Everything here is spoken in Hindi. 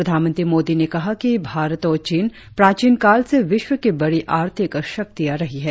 प्रधानमंत्री मोदी ने कहा कि भारत और चीन प्राचीन काल से विश्व की बड़ी आर्थिक शक्तिया रही है